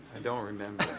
i don't remember.